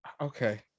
Okay